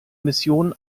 missionen